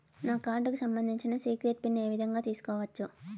నా కార్డుకు సంబంధించిన సీక్రెట్ పిన్ ఏ విధంగా తీసుకోవచ్చు?